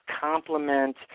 complement